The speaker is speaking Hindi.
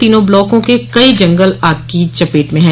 तीनों ब्लॉकों के कई जंगल आग की चपेट में हैं